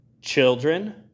children